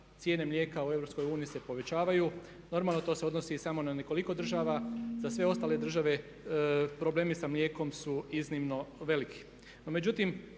cijene mlijeka u EU se povećavaju. Normalno to se odnosi i samo na nekoliko država. Za sve ostale države problemi sa mlijekom su iznimno veliki.